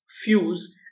Fuse